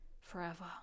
forever